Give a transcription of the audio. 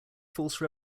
false